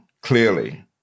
clearly